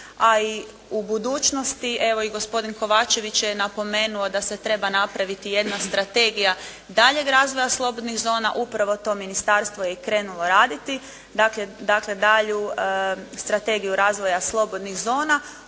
a i u budućnosti, evo i gospodin Kovačević je napomenuo da se treba napraviti jedna strategija daljeg razvoja slobodnih zona, upravo to ministarstvo je i krenulo raditi. Dakle, dalju strategiju razvoja slobodnih zona